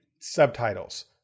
subtitles